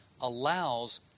allows